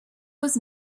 was